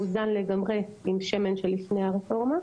שאומרות שהילד מאוזן לגמרי עם שמן של לפני הרפורמה.